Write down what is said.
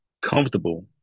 comfortable